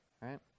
right